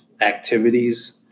activities